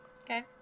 Okay